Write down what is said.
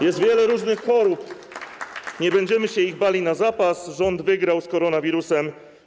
Jest wiele różnych chorób, nie będziemy się ich bali na zapas, rząd wygrał z koronawirusem”